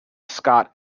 scott